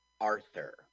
Arthur